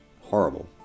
horrible